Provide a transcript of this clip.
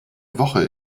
woche